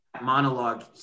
monologue